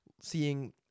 seeing